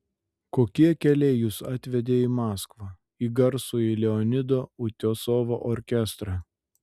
kokie keliai jus atvedė į maskvą į garsųjį leonido utiosovo orkestrą